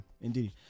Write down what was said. Indeed